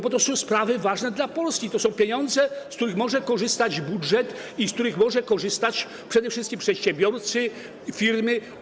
Bo to są sprawy ważne dla Polski, to są pieniądze, z których może korzystać budżet i z których mogą korzystać przede wszystkim przedsiębiorcy i firmy.